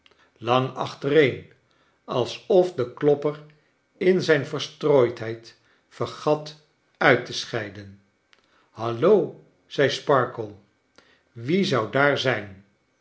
lang achtereen alsof de klopper in zijn verstrooidheid vergat uit te scheiden hallo zei sparkler wie zou daar zijn